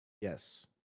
Yes